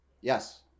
Yes